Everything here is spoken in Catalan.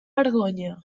vergonya